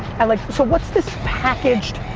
and like so what's this packaged